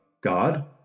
God